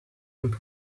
looked